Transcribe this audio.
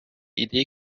idee